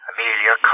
Amelia